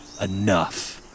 enough